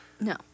No